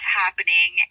happening